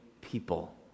people